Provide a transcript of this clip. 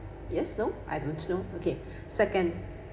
yes no I don't know okay second